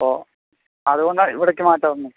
അപ്പോൾ അതുകൊണ്ടാണ് ഇവിടേക്ക് മാറ്റാൻ വന്നത്